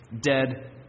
dead